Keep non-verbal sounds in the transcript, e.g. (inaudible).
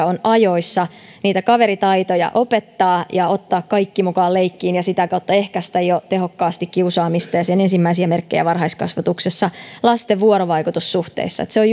(unintelligible) on ajoissa niitä kaveritaitoja opettaa ja ottaa kaikki mukaan leikkiin ja jo sitä kautta ehkäistä tehokkaasti kiusaamista ja sen ensimmäisiä merkkejä varhaiskasvatuksessa lasten vuorovaikutussuhteissa se on (unintelligible)